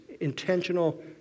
intentional